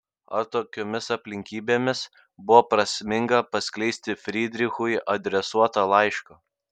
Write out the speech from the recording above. ar tokiomis aplinkybėmis buvo prasminga paskleisti frydrichui adresuotą laišką